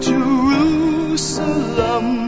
Jerusalem